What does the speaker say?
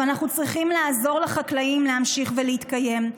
ואנחנו צריכים לעזור לחקלאים להמשיך ולהתקיים.